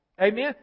Amen